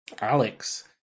Alex